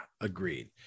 agreed